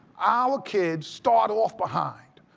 our kids start off behind.